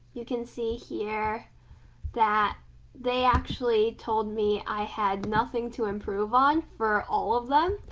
you can see here that they actually told me i had nothing to improve on for all of them,